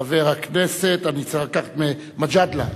חבר הכנסת מג'אדלה.